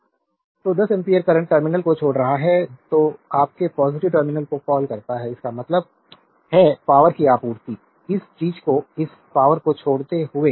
slide time देखें 1130 तो 10 ampere current terminal को छोड़ रहा है जो आपके पॉज़िटिव टर्मिनल को कॉल करता है इसका मतलब है पावरकी आपूर्ति इस चीज़ को इस पावरको छोड़ते हुए